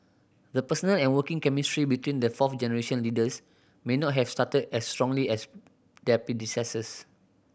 the personal and working chemistry between the fourth generation leaders may not have started as strongly as their predecessors